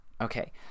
Okay